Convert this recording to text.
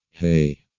Hey